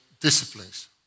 disciplines